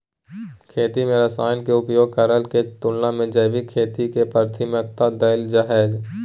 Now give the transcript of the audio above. खेती में रसायन के उपयोग करला के तुलना में जैविक खेती के प्राथमिकता दैल जाय हय